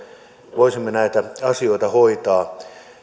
voisimme näitä asioita hoitaa